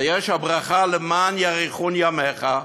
יש הברכה, למען יאריכון ימיך?